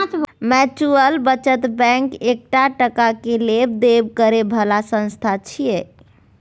mutual बचत bank एकटा टका के लेब देब करे बला संस्था छिये